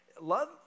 love